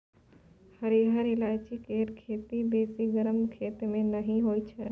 हरिहर ईलाइची केर खेती बेसी गरम खेत मे नहि होइ छै